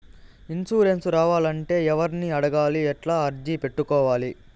Insurance రావాలంటే ఎవర్ని అడగాలి? ఎట్లా అర్జీ పెట్టుకోవాలి?